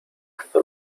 hasta